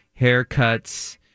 haircuts